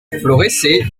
florece